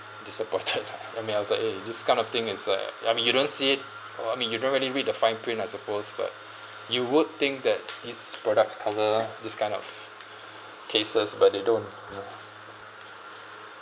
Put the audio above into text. disappointed lah I mean I was like eh this kind of thing is a I mean you don't see it or I mean you don't really read the fine print I suppose but you would think that these products cover this kind of cases but they don't you know